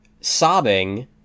sobbing